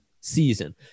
season